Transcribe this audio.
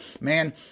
man